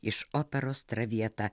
iš operos traviata